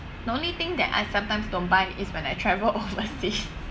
the only thing that I sometimes don't buy is when I travel overseas